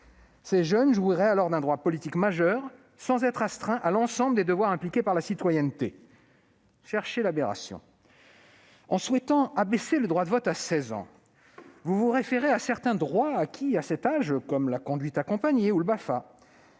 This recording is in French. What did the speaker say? Ces jeunes jouiraient alors d'un droit politique majeur, sans être astreints à l'ensemble des devoirs impliqués par la citoyenneté. Cherchez l'aberration ! Mes chers collègues, en souhaitant abaisser le droit de vote à 16 ans, vous vous référez à certains droits acquis à cet âge, comme la conduite accompagnée ou l'accès